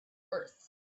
earth